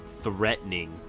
threatening